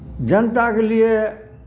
जनताके लिए